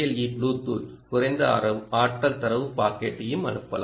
இ Bluetooth குறைந்த ஆற்றல் தரவு பாக்கெட்டையும் அனுப்பலாம்